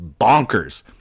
bonkers